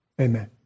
amen